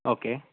okay